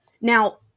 now